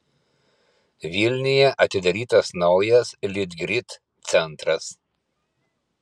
vilniuje atidarytas naujas litgrid centras